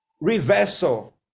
reversal